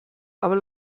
aber